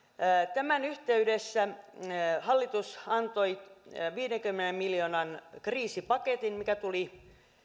tämän yhteydessä hallitus antoi viidenkymmenen miljoonan kriisipaketin mikä tuli